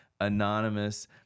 anonymous